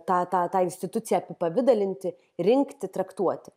tą tą instituciją apipavidalinti rinkti traktuoti